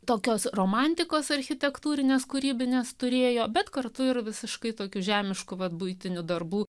tokios romantikos architektūrines kūrybines turėjo bet kartu ir visiškai tokių žemiškų vat buitinių darbų